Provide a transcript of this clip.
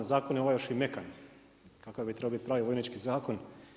Zakon je ovaj još i mekan kakav bi trebao biti pravi vojnički zakon.